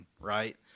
right